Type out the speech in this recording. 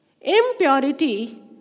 impurity